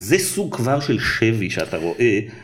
זה סוג כבר של שבי שאתה רואה.